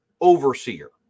overseer